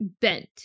bent